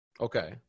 Okay